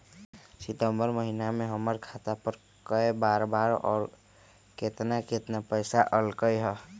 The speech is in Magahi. सितम्बर महीना में हमर खाता पर कय बार बार और केतना केतना पैसा अयलक ह?